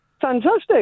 Fantastic